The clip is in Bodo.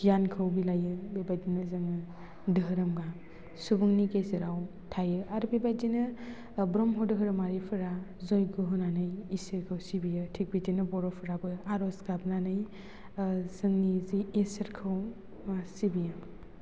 गियानखौ बिलाइयो बे बायदिनो जोङो दोहोरोमा सुबुंनि गेजेराव थायो आरो बेबायदिनो ब्रह्म धोरोमारिफोरा जैग' होनानै इसोरखौ सिबियो थिक बिदिनो बर'फोराबो आर'ज गाबानानै जोंनि जि इसोरखौ सिबियो